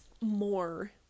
more